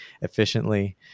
efficiently